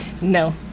No